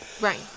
right